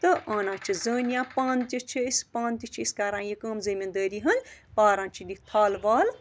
تہٕ اَنان چھِ زٔنۍ یا پانہٕ تہِ چھِ أسۍ پانہٕ تہِ چھِ أسۍ کران یہِ کٲم زٔمیٖندٲری ہٕنٛد پاران چھِ یہِ تھل ول